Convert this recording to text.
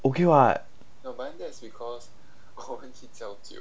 okay [what]